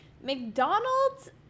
McDonald's